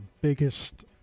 biggest